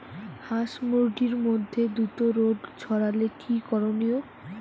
হাস মুরগির মধ্যে দ্রুত রোগ ছড়ালে কি করণীয়?